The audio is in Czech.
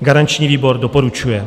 Garanční výbor doporučuje.